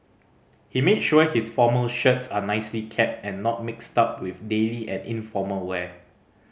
he made sure his formal shirts are nicely kept and not mixed up with daily and informal wear